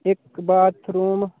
इक बाथरूम